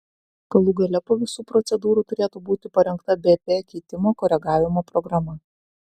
galų gale po visų procedūrų turėtų būti parengta bp keitimo koregavimo programa